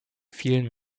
vielen